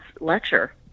lecture